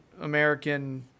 American